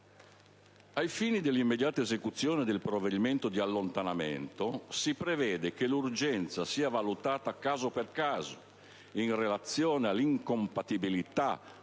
Ai fini dell'immediata esecuzione del provvedimento di allontanamento si prevede che l'urgenza sia valutata caso per caso, in relazione all'incompatibilità